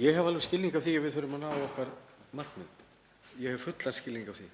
Ég hef alveg skilning á því að við þurfum að ná okkar markmiðum. Ég hef fullan skilning á því